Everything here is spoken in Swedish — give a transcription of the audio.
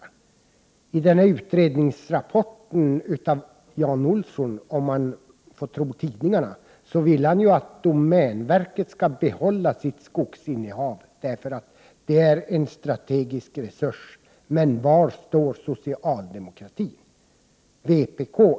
Jan Olsson vill i sin utredningsrapport, om man får tro tidningarna, att domänverket skall få behålla sitt skogsinnehav, eftersom det är en strategisk resurs. Men var står socialdemokratin i denna fråga?